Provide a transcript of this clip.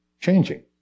changing